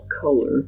color